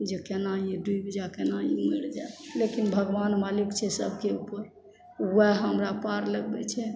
जे केना ई डूबि जाए कोना ई मरि जाए लेकिन भगवान मालिक छै सबके ऊपर वएह हमरा पार लगबै छै